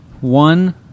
One